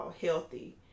healthy